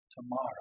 tomorrow